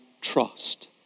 trust